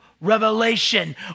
Revelation